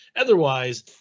Otherwise